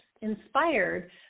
inspired